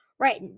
Right